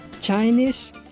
Chinese